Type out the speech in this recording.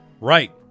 Right